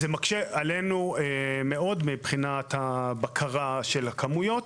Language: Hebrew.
זה מקשה עלינו מאוד מבחינת בקרת הכמויות.